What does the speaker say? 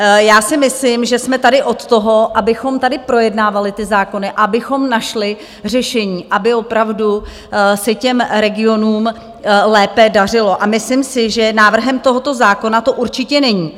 Já si myslím, že jsme tady od toho, abychom tady projednávali zákony, abychom našli řešení, aby opravdu se těm regionům lépe dařilo, a myslím si, že návrhem tohoto zákona to určitě není.